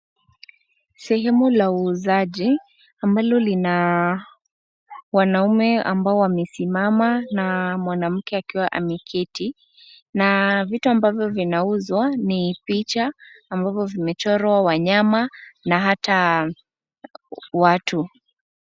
Sehemu la uuzaji, ambalo lina wanaume ambao wamesimama, na mwanamke akiwa ameketi. Na vitu ambavyo vinauzwa, ni picha ambavyo vimechorwa wanyama na hata watu.